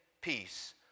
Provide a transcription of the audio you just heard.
peace